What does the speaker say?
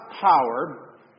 power